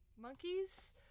monkeys